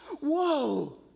Whoa